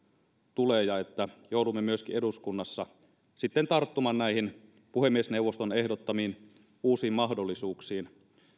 tulee ja että joudumme myöskin eduskunnassa sitten tarttumaan näihin puhemiesneuvoston ehdottamiin uusiin mahdollisuuksiin